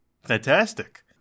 fantastic